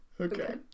Okay